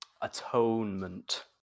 Atonement